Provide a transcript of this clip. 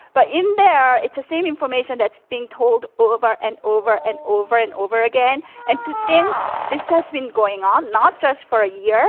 but in there it's the same information that's being told over and over and over and over again and to think this has been going on not just for a year,